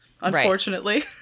Unfortunately